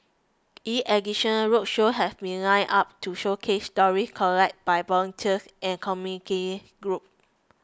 in addition roadshows have been lined up to showcase stories collected by volunteers and community groups